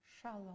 Shalom